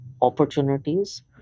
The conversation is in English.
opportunities